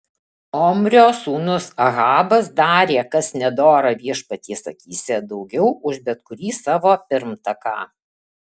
omrio sūnus ahabas darė kas nedora viešpaties akyse daugiau už bet kurį savo pirmtaką